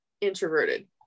introverted